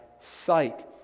sight